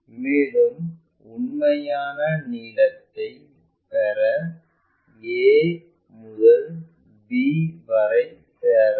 மேலும் உண்மையான நீளத்தைப் பெற a முதல் b வரை சேரவும்